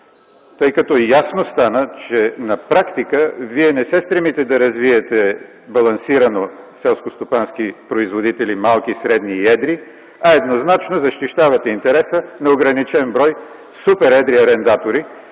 тъй като стана ясно, че на практика вие не се стремите да развиете балансирано селскостопански производители – малки, средни и едри, а еднозначно защитавате интереса на ограничен брой супер едри арендатори,